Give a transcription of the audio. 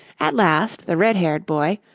at last the red-haired boy,